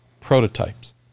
prototypes